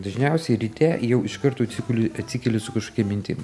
dažniausiai ryte jau iš karto atsiguli atsikeli su kažkokia mintim